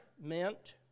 meant